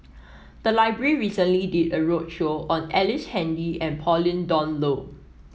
the library recently did a roadshow on Ellice Handy and Pauline Dawn Loh